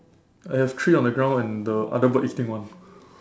I have three on the ground and the other bird eating one